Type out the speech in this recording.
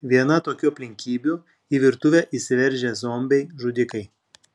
viena tokių aplinkybių į virtuvę įsiveržę zombiai žudikai